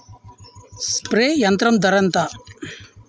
Spray యంత్రం ధర ఏంతా?